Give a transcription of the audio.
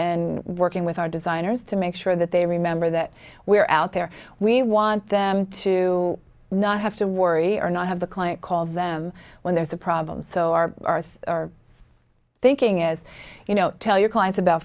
and working with our designers to make sure that they remember that we're out there we want them to not have to worry or not have the client call them when there's a problem so our earth our thinking is you know tell your clients about